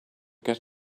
get